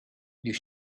you